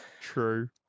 True